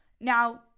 now